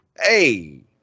Hey